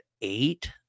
eight